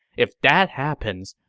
if that happens,